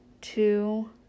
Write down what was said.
two